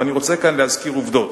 ואני רוצה כאן להזכיר עובדות.